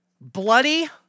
bloody